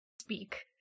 speak